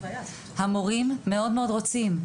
המורים מאוד מאוד רוצים,